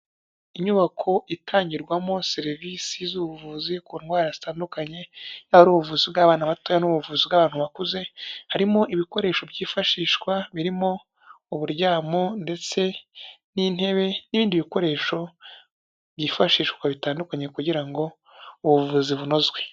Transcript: Inyubako itangirwamo serivisi z'ubuvuzi ku ndwara zitandukanye, yaba ari ubuvuzi bw'abana batoya n'ubuvuzi bw'abantu bakuze, harimo ibikoresho byifashishwa birimo: uburyamo ndetse n'intebe, n'ibindi bikoresho byifashishwa bitandukanye kugira ngo ubuvuzi bunozwe.